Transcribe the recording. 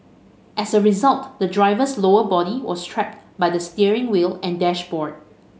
as a result the driver's lower body was trapped by the steering wheel and dashboard